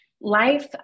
Life